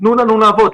תנו לנו לעבוד.